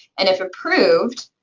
and if approved,